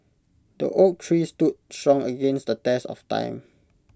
the oak tree stood strong against the test of time